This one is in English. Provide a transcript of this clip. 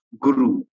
guru